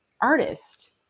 artist